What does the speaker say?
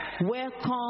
welcome